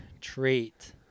Treat